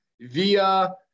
VIA